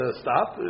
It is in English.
stop